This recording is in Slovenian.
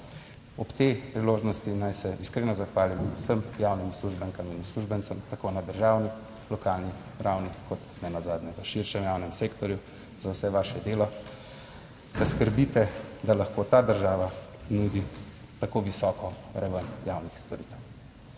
Ob tej priložnosti naj se iskreno zahvalim vsem javnim uslužbenkam in uslužbencem, tako na državni, lokalni ravni kot nenazadnje v širšem javnem sektorju za vse vaše delo, da skrbite, da lahko ta država nudi tako visoko raven javnih storitev.